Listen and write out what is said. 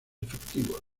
efectivos